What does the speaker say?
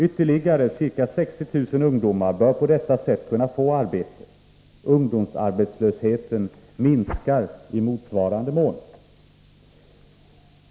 Ytterligare ca 60 000 ungdomar bör på detta sätt kunna få arbete. Ungdomsarbetslösheten minskar i motsvarande mån.